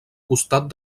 costat